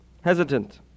hesitant